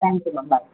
thank you ma'am bye